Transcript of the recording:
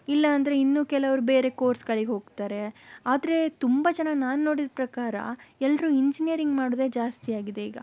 ಇಲ್ಲ ಅಂದರೆ ಇನ್ನೂ ಕೆಲವರು ಬೇರೆ ಕೋರ್ಸ್ಗಳಿಗೆ ಹೋಗ್ತಾರೆ ಆದರೆ ತುಂಬ ಜನ ನಾನು ನೋಡಿದ ಪ್ರಕಾರ ಎಲ್ಲರೂ ಇಂಜಿನಿಯರಿಂಗ್ ಮಾಡುವುದೇ ಜಾಸ್ತಿ ಆಗಿದೆ ಈಗ